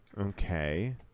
Okay